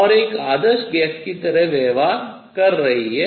और एक आदर्श गैस की तरह व्यवहार कर रही है